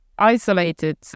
isolated